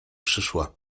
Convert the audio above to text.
przyszła